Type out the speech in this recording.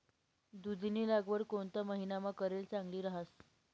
दुधीनी लागवड कोणता महिनामा करेल चांगली रहास